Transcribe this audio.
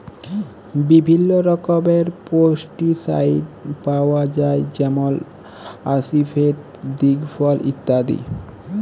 বিভিল্ল্য রকমের পেস্টিসাইড পাউয়া যায় যেমল আসিফেট, দিগফল ইত্যাদি